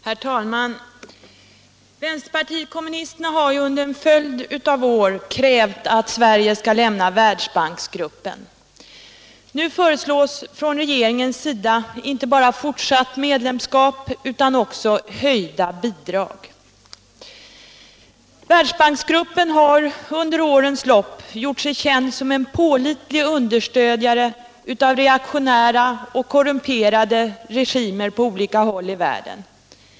Herr talman! Vänsterpartiet kommunisterna har under en följd av år krävt att Sverige skall lämna Världsbanksgruppen. Nu föreslår regeringen inte bara fortsatt medlemsskap utan också höjda bidrag. Världsbanksgruppen har under årens lopp gjort sig känd som en pålitlig understödjare av reaktionära och korrumperade regimer på olika håll i världen.